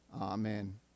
Amen